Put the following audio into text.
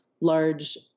large